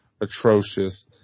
atrocious